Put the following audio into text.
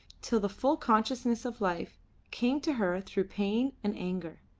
till the full consciousness of life came to her through pain and anger.